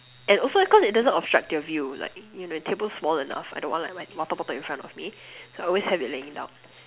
and also cause like it doesn't obstruct your view like your table's small enough I don't want like my water bottle in front of me so I always have it laying down